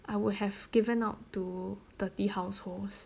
I would have given out to thirty households